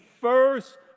first